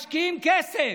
משקיעים כסף.